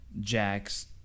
Jack's